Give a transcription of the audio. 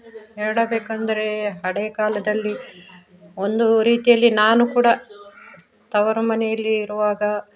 ಹೇಳಬೇಕೆಂದ್ರೆ ಹಳೆಯ ಕಾಲದಲ್ಲಿ ಒಂದು ರೀತಿಯಲ್ಲಿ ನಾನು ಕೂಡ ತವರು ಮನೆಯಲ್ಲಿ ಇರುವಾಗ